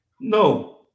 No